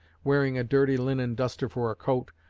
wearing a dirty linen duster for a coat,